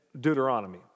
Deuteronomy